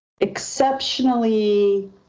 exceptionally